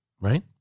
right